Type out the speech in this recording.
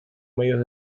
medios